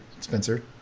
Spencer